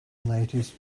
natives